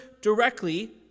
directly